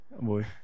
Boy